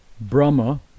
Brahma